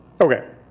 Okay